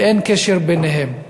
ואין קשר ביניהם.